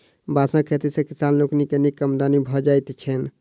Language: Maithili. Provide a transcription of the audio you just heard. बाँसक खेती सॅ किसान लोकनि के नीक आमदनी भ जाइत छैन